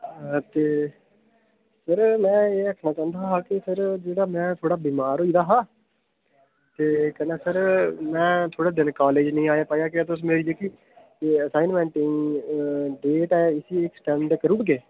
हां ते सर मैं एह् आखना चाह्दा हां कि सर जेह्ड़ा कि मैं बड़ा बमार होई गेदा हा ते कन्नै सर मैं थोह्ड़े दिन कालेज नीं आई पाया क्या तुस मेरी जेह्की असाइनमेंटें दी डेट ऐ उसी ऐक्सटेंड करी ओड़गे